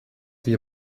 wir